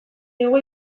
digu